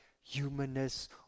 humanness